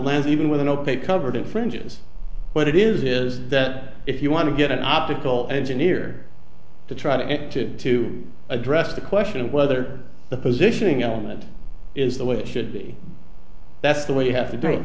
even with an opaque covered fringes what it is is that if you want to get an optical engineer to try to address the question of whether the positioning element is the way it should be that's the way you have to